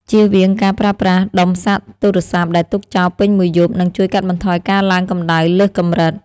ជៀសវាងការប្រើប្រាស់ដុំសាកទូរស័ព្ទដែលទុកចោលពេញមួយយប់នឹងជួយកាត់បន្ថយការឡើងកម្តៅលើសកម្រិត។